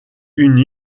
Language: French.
une